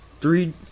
three